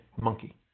monkey